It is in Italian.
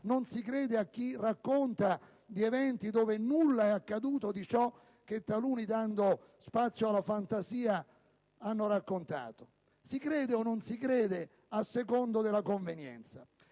non si crede a chi racconta di eventi dove nulla è accaduto di ciò che taluni, dando spazio alla fantasia, hanno raccontato? Si crede o non si crede a seconda della convenienza.